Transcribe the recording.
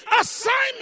assignment